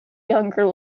younger